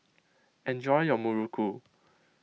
enjoy your Muruku